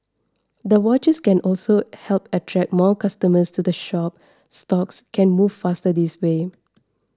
the vouchers can also help attract more customers to the shop stocks can move faster this way